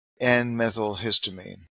N-methylhistamine